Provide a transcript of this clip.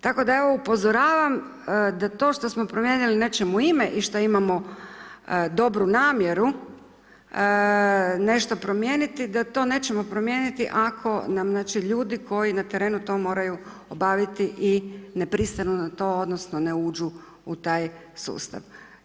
Tako da ja upozoravam da to što smo promijenili nečemu ime i što imamo dobru namjeru nešto promijeniti da to nećemo promijeniti ako nam znači ljudi koji na terenu to moraju obaviti i ne pristanu na to odnosno ne uđu u taj sustav.